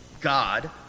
God